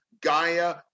Gaia